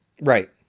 Right